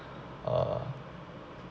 uh